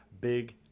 big